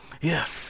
Yes